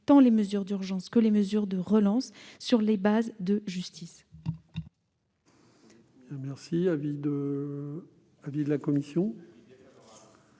tant les mesures d'urgence que les mesures de relance sur des bases de justice